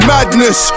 Madness